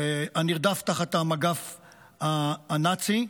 הנרדף תחת המגף הנאצי,